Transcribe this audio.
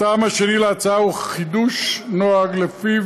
הטעם השני להצעה הוא חידוש נוהג שלפיו